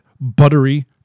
buttery